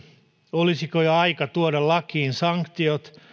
olisiko jo aika tuoda lakiin sanktiot